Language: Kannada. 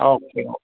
ಓಕೆ ಓ